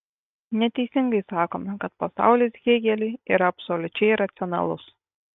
neteisingai sakome kad pasaulis hėgeliui yra absoliučiai racionalus